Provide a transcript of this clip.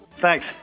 Thanks